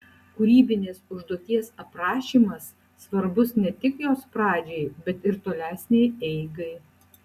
kūrybinės užduoties aprašymas svarbus ne tik jos pradžiai bet ir tolesnei eigai